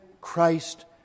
Christ